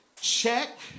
check